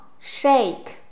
shake